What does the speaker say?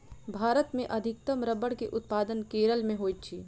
भारत मे अधिकतम रबड़ के उत्पादन केरल मे होइत अछि